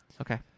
Okay